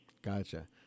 Gotcha